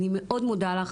אני מאוד מודה לך.